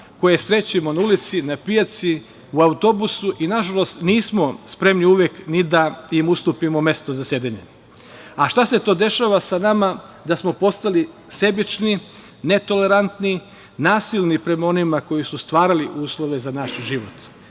koje srećemo na ulici, na pijaci, u autobusu i nažalost nismo spremni uvek ni da im ustupimo mesto za sedenje. Šta se to dešava sa nama da smo postali sebični, netolerantni, nasilni prema onima koji su stvarali uslove za naš život?